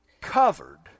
covered